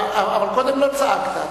אבל קודם לא צעקת.